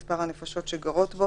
מספר הנפשות שגרות בו